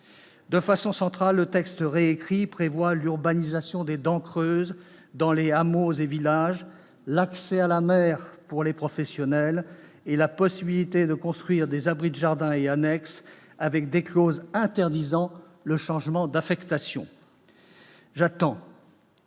De façon centrale, le texte réécrit prévoit l'urbanisation des « dents creuses » dans les hameaux et villages, l'accès à la mer pour les professionnels et la possibilité de construire des abris de jardins et annexes, avec des clauses interdisant le changement d'affectation. J'espère